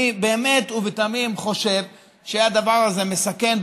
אני באמת ובתמים חושב שהדבר הזה מסכן,